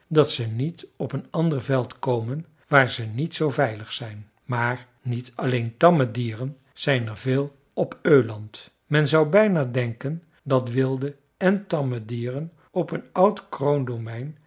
dat ze niet op een ander veld komen waar ze niet zoo veilig zijn maar niet alleen tamme dieren zijn er veel op öland men zou bijna denken dat wilde èn tamme dieren op een oud